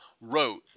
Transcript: wrote